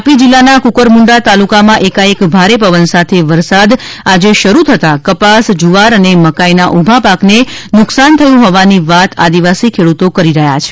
તાપી જિલ્લાના કુકરમુંડા તાલુકામાં એકા એક ભારે પવન સાથે વરસાદ આજે શરૂ થતાં કપાસ જુવાર અને મકાઇના ઊભા પાકને નુકસાન થયું હોવાની વાત આદિવાસી ખેડૂતો કરી રહ્યા છે